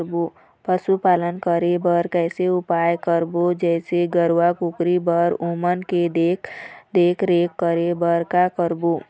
पशुपालन करें बर कैसे उपाय करबो, जैसे गरवा, कुकरी बर ओमन के देख देख रेख करें बर का करबो?